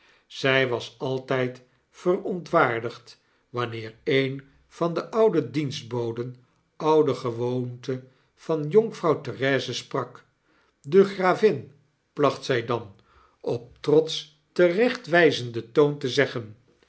zy was altijd verontwaardigd wanneer een van de oude dienstboden ouder gewoonte van jonkvrouw therese sprak de gravin placht zij dan op tfotsch terechtwijzenden toon te zeggen